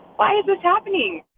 why is this happening?